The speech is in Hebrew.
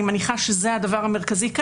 אני מניחה שזה הדבר המרכזי,